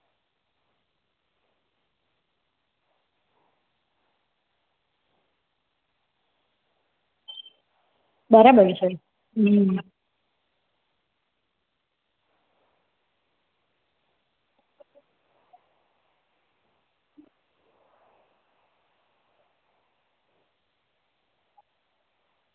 બરાબર છે